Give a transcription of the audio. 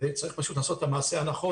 צריך פשוט לעשות את המעשה הנכון,